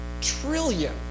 trillion